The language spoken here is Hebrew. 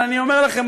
אבל אני אומר לכם,